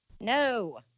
No